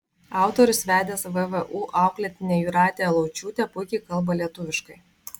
autorius vedęs vvu auklėtinę jūratę laučiūtę puikiai kalba lietuviškai